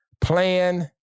Plan